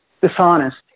dishonest